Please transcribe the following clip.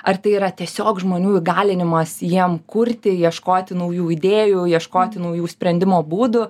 ar tai yra tiesiog žmonių įgalinimas jiem kurti ieškoti naujų idėjų ieškoti naujų sprendimo būdų